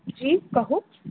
जी कहू